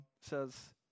says